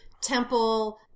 temple